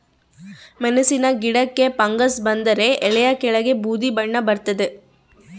ಮೆಣಸಿನ ಗಿಡಕ್ಕೆ ಫಂಗಸ್ ಬಂದರೆ ಎಲೆಯ ಕೆಳಗೆ ಬೂದಿ ಬಣ್ಣ ಬರ್ತಾದೆ